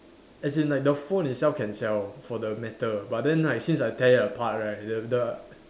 as in like the phone itself can sell for the metal but then right since I tear apart right then the